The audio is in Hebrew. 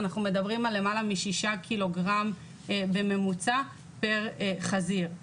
אנחנו מדברים על למעלה משישה קילוגרם בממוצע פר חזיר.